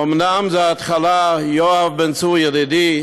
אומנם זו התחלה, יואב בן צור ידידי,